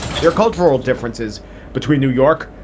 there are cultural differences between new york,